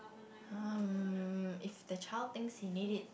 um if the child thinks he need it